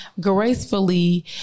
gracefully